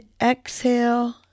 exhale